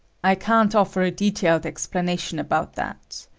i can't offer a detailed explanation about that.